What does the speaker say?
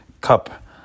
cup